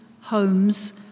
homes